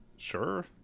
sure